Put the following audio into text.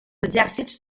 exèrcits